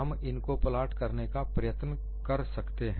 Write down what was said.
हम इनको प्लॉट करने का प्रयत्न कर सकते हैं